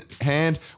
hand